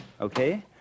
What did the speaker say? Okay